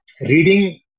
reading